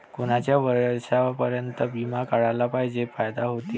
कोनच्या वर्षापर्यंत बिमा काढला म्हंजे फायदा व्हते?